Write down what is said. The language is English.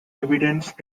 evidence